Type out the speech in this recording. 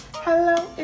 Hello